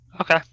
Okay